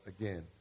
again